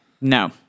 no